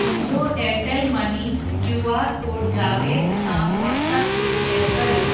मुंहिंजो Airtel money QR code Javed सां WhatsApp ते शेयर कयो